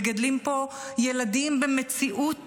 מגדלים פה ילדים במציאות